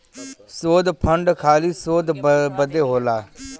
शोध फंड खाली शोध बदे होला